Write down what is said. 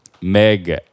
Meg